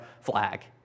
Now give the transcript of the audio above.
flag